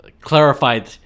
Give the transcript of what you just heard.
clarified